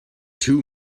two